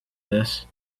this